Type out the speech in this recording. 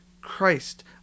Christ